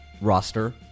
roster